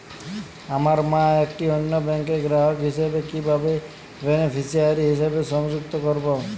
আমার মা একটি অন্য ব্যাংকের গ্রাহক হিসেবে কীভাবে বেনিফিসিয়ারি হিসেবে সংযুক্ত করব?